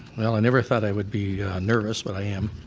well i never thought i would be nervous but i am,